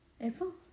April